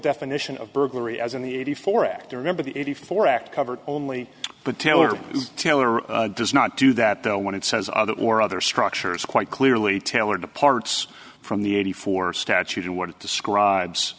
definition of burglary as in the eighty four act remember the eighty four act covered only but taylor taylor does not do that though when it says other or other structures quite clearly taylor departs from the eighty four statute and what it describes